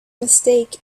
mistake